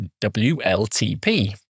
WLTP